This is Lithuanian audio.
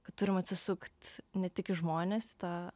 kad turim atsisukt ne tik į žmones tą